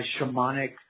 shamanic